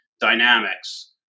Dynamics